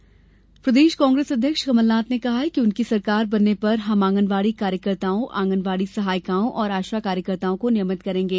कमलनाथ प्रदेश कांग्रेस अध्यक्ष कमलनाथ ने कहा कि उनकी सरकार बनने पर हम आँगनबाड़ी कार्यकर्ताओं आंगनबाडी सहायिकाओं और आशा कार्यकर्ताओं को नियमित करेंगे